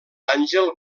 àngel